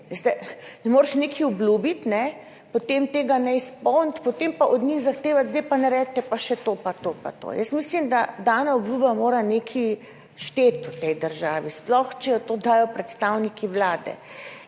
Ne moreš nekaj obljubiti, tega ne izpolniti, potem pa od njih zahtevati, zdaj pa naredite pa še to in to in to. Jaz mislim, da mora dana obljuba nekaj šteti v tej državi, sploh če jo dajo predstavniki Vlade.